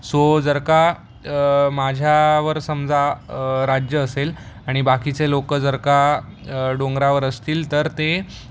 so जर का माझ्यावर समजा राज्य असेल आणि बाकीचे लोक जर का डोंगरावर असतील तर ते